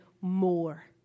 more